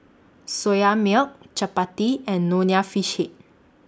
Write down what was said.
Soya Milk Chappati and Nonya Fish Head